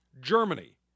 Germany